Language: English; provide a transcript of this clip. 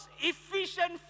efficient